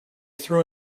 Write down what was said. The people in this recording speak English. threw